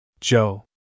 Joe